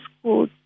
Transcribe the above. school